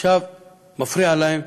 עכשיו מפריע להם,